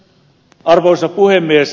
arvoisa puhemies